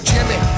Jimmy